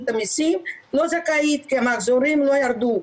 המיסים לא זכאית כי המחזורים לא ירדו.